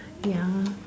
ya